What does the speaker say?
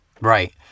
Right